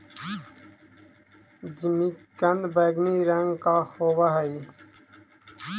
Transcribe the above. जिमीकंद बैंगनी रंग का होव हई